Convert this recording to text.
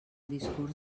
discurs